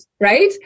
Right